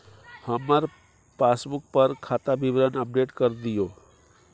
हमर पासबुक पर खाता विवरण अपडेट कर दियो